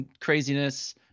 craziness